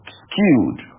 skewed